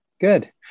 Good